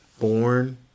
born